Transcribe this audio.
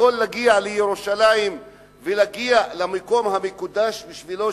יכול להגיע לירושלים ולהגיע למקום המקודש בשבילו,